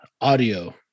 audio